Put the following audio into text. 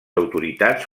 autoritats